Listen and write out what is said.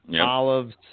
Olives